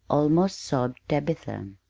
almost sobbed tabitha.